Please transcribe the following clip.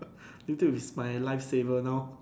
YouTube is my life savor now